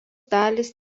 dalys